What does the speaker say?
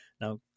Now